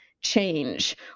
change